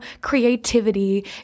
creativity